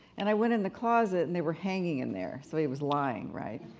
and i went in the closet and they were hanging in there, so he was lying, right.